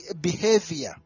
behavior